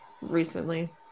recently